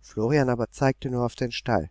florian aber zeigte nur auf den stall